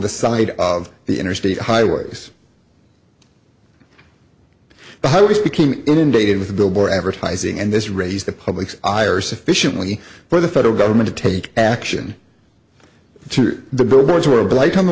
the side of the interstate highways the highways became inundated with billboard advertising and this raised the public's eye or sufficiently for the federal government to take action the billboards were